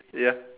ya